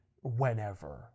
whenever